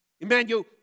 Emmanuel